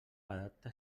adapta